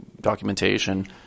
documentation